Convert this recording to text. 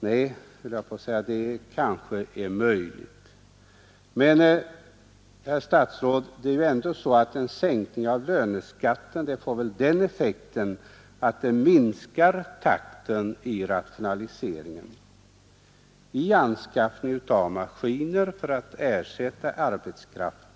Nej, det är möjligt — men, herr statsråd, en sänkning av löneskatten får den effekten att den minskar takten i rationaliseringen, i anskaffning av maskiner för att ersätta arbetskraft.